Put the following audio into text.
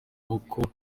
maboko